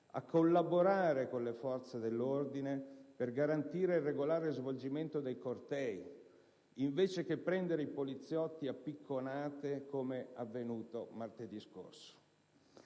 a collaborare con le forze dell'ordine per garantire il regolare svolgimento dei cortei, invece che prendere i poliziotti a picconate come avvenuto martedì scorso.